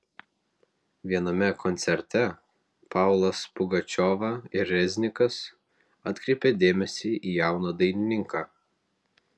viename koncerte paulas pugačiova ir reznikas atkreipė dėmesį į jauną dainininką